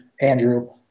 Andrew